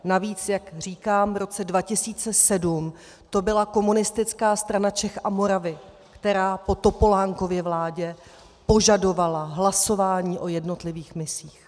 Navíc, jak říkám, v roce 2007 to byla Komunistická strana Čech a Moravy, která po Topolánkově vládě požadovala hlasování o jednotlivých misích.